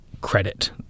credit